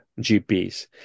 GPs